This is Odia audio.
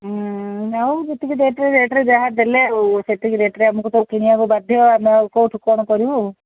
ଉଁ ହଉ ଯେତିକି ଦେବେ ରେଟ୍ରେ ଯାହା ଦେଲେ ଆଉ ସେତିକି ରେଟ୍ରେ ଆମକୁ ସବୁ କିଣିବାକୁ ବାଧ୍ୟ ଆଣେ ଆଉ କୋଉଠି କ'ଣ କରିବୁ